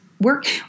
work